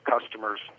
customers